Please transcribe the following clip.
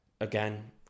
Again